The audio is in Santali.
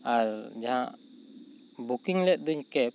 ᱟᱨ ᱡᱟᱦᱟᱸ ᱵᱩᱠᱤᱝ ᱞᱮᱫ ᱫᱩᱧ ᱠᱮᱯ